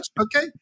Okay